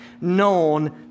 known